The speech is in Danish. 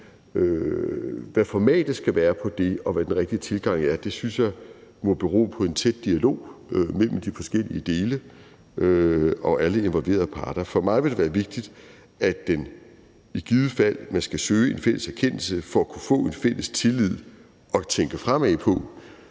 Hvad formatet skal være for det, og hvad den rigtige tilgang er, synes jeg må bero på en tæt dialog mellem de forskellige dele og alle involverede parter. For mig vil det være vigtigt, at man i givet fald skal søge en fælles erkendelse for at kunne få en fælles tillid at tænke fremad på,